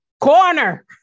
corner